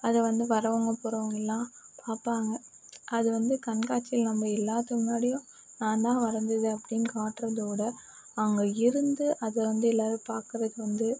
அதை வந்து வரவங்க போறவங்கெல்லாம் பார்ப்பாங்க அது வந்து கண்காட்சியில் நம்ம எல்லாத்து முன்னாடியும் நான் தான் வரைஞ்சது அப்படினு காட்டுறதோட அவங்க இருந்து அதை வந்து எல்லோரும் பாக்கிறதுக்கு வந்து